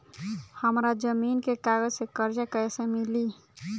हमरा जमीन के कागज से कर्जा कैसे मिली?